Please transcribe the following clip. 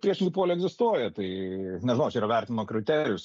priešingi poliai egzistuoja tai nežinau ar čia yra vertinimo kriterijus